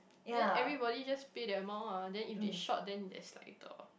then everybody just pay that amount lah then if they short the that's like the